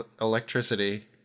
electricity